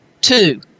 Two